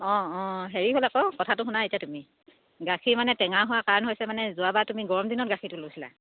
অঁ অঁ হেৰি হ'লে আকৌ কথাটো শুনা এতিয়া তুমি গাখীৰ মানে টেঙা হোৱাৰ কাৰণ হৈছে মানে এই যোৱাবাৰ তুমি গৰম দিনত গাখীৰটো লৈছিলা